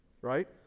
Right